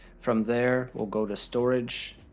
from there, we'll go to storage,